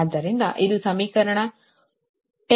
ಆದ್ದರಿಂದ ಇದು ಸಮೀಕರಣ 10 ಆಗಿದೆ